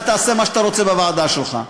תעשה מה שאתה רוצה בוועדה שלך.